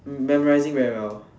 memorizing very well